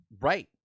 Right